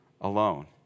alone